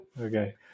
Okay